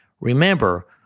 Remember